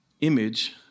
image